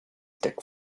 tech